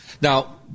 Now